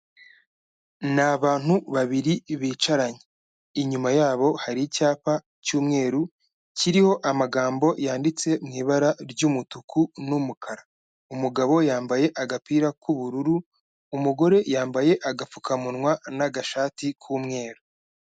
Ni abantu babiri bicaranye, inyuma yabo hari icyapa cy'umweru kiriho amagambo yanditse mu ibara ry'umutuku n'umukara. Umugabo yambaye agapira k'ubururu, umugore yambaye agapfukamunwa n'agashati k'umweru.